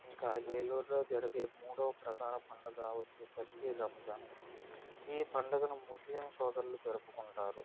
ఇంకా ఏలూరులో జరిగే మూడో ప్రధాన పండుగ వచ్చేసరికి రంజాన్ ఈ పండుగను ముస్లిం సోదర్లు జరుపుకుంటారు